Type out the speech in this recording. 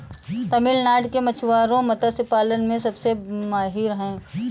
तमिलनाडु के मछुआरे मत्स्य पालन में सबसे माहिर हैं